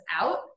out